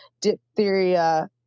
diphtheria